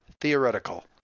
theoretical